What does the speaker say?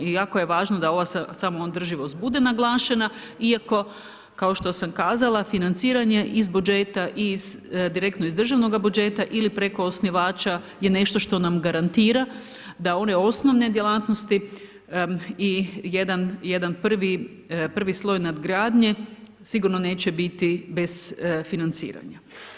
I jako je važno da ova samoodrživost bude naglašena iako, kao što sam kazala, financiranje iz budžeta i direktno iz državnog budžeta ili preko osnivača je nešto što nam garantira da one osnovne djelatnosti i jedan prvi sloj nadgradnje, sigurno neće biti bez financiran.